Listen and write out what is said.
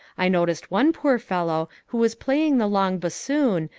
i noticed one poor fellow who was playing the long bassoon,